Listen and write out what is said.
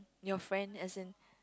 you friend ascend